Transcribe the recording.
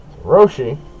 Roshi